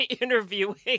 interviewing